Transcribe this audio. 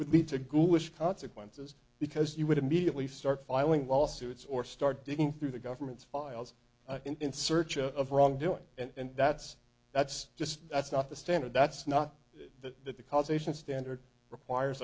would be to ghoulish consequences because you would immediately start filing lawsuits or start digging through the government's files in search of wrongdoing and that's that's just that's not the standard that's not that that the causation standard requires